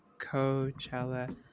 Coachella